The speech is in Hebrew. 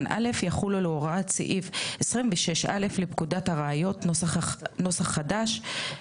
הוראות סעיף 26(א) לפקודת הראיות [נוסח חדש],